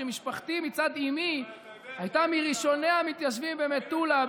שמשפחתי מצד אימי הייתה מראשוני המתיישבים במטולה,